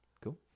Cool